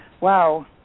Wow